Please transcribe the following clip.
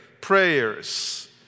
prayers